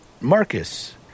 Marcus